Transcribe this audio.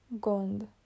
Gond